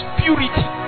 purity